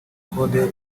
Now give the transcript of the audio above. code